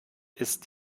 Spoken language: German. ist